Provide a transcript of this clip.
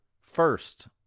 first